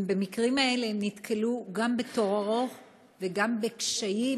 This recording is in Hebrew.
במקרים האלה הן נתקלו גם בתור ארוך וגם בקשיים